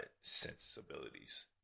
Sensibilities